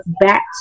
back